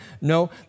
No